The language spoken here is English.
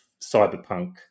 cyberpunk